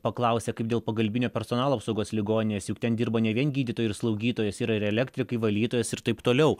paklausė kaip dėl pagalbinio personalo apsaugos ligoninės juk ten dirbo ne vien gydytojai ir slaugytojos yra ir elektrikai valytojos ir taip toliau